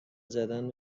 زدن